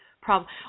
problem